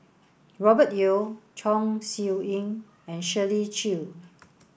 Robert Yeo Chong Siew Ying and Shirley Chew